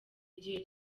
igihe